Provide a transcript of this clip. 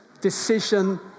decision